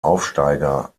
aufsteiger